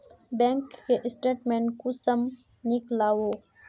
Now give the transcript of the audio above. Bank के statement कुंसम नीकलावो?